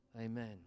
amen